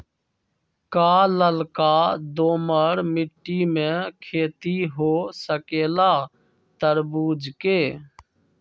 का लालका दोमर मिट्टी में खेती हो सकेला तरबूज के?